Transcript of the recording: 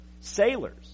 sailors